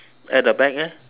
at the back eh